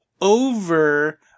over